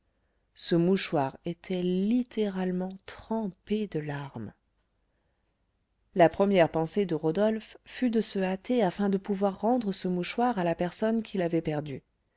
ce mouchoir était littéralement trempé de larmes la première pensée de rodolphe fut de se hâter afin de pouvoir rendre ce mouchoir à la personne qui l'avait perdu